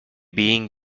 being